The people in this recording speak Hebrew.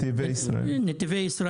ישראל.